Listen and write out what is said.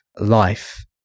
life